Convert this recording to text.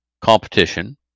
competition